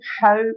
hope